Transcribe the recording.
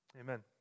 Amen